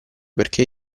perché